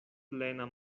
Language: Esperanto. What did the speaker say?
plena